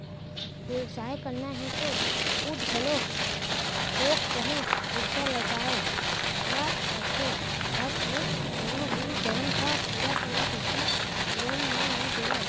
बेवसाय करना हे त खुद घलोक थोक बहुत पइसा लगाए ल परथे काबर के कोनो भी बेंक ह पुरा पुरा पइसा लोन म नइ देवय